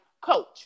coach